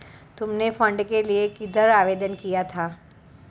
तुमने फंड के लिए किधर आवेदन किया था?